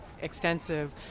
extensive